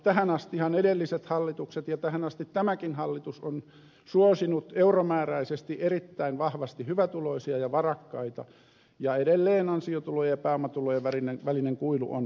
tähän astihan edelliset hallitukset ja tähän asti tämäkin hallitus on suosinut euromääräisesti erittäin vahvasti hyvätuloisia ja varakkaita ja edelleen ansiotulon ja pääomatulojen välinen kuilu on suuri